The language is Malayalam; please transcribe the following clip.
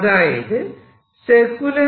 അതായത് A